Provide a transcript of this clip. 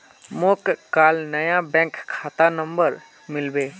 मोक काल नया बैंक खाता नंबर मिलबे